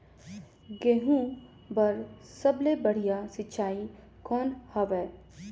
गहूं बर सबले बढ़िया सिंचाई कौन हवय?